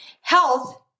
Health